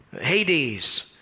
Hades